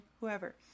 whoever